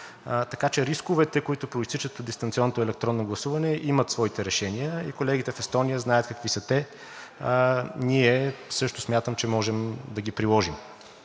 така че рисковете, които произтичат от дистанционното електронно гласува имат своите решения и колегите в Естония знаят какви са те. Смятам, че ние също можем да ги приложим.